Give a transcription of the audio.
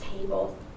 table